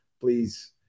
Please